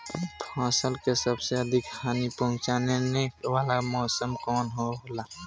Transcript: फसल के सबसे अधिक हानि पहुंचाने वाला मौसम कौन हो ला?